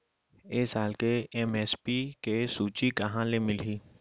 ए साल के एम.एस.पी के सूची कहाँ ले मिलही?